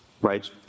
right